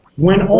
when